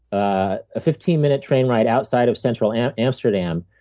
ah a fifteen minute train ride outside of central and amsterdam,